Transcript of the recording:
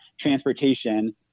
transportation